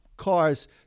Cars